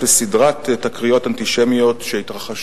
המצב שהגענו אליו הוא בלתי נסבל,